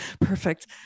perfect